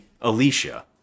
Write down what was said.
Alicia